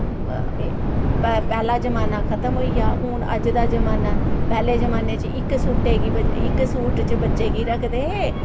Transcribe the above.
पै पैह्ला जमाना खत्म होइया हुन अज्ज दा जमाना ऐ पैह्ले जमाने च इक इक सूट च बच्चे गी रखदे हे